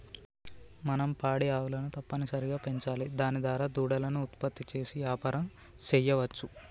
మనం పాడి ఆవులను తప్పనిసరిగా పెంచాలి దాని దారా దూడలను ఉత్పత్తి చేసి యాపారం సెయ్యవచ్చు